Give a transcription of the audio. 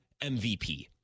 MVP